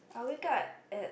I wake up at